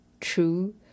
True